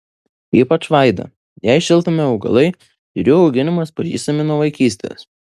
ypač vaida jai šiltnamio augalai ir jų auginimas pažįstami nuo vaikystės